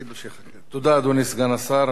תודה, אדוני סגן השר.